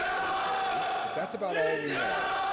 okay? but that's about all we know,